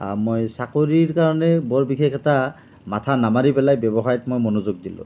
মই চাকৰিৰ কাৰণে বৰ বিশেষ এটা মাথা নামাৰি পেলাই ব্যৱসায়ত মই মনোযোগ দিলোঁ